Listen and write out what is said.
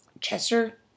Chester